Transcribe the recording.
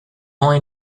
only